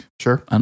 sure